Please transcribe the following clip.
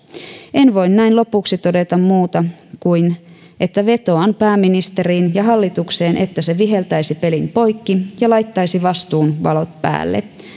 en voi näin lopuksi todeta muuta kuin että vetoan pääministeriin ja hallitukseen että se viheltäisi pelin poikki ja laittaisi vastuun valot päälle